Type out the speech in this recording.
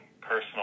personal